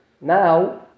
now